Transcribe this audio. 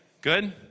good